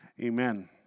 Amen